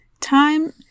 Time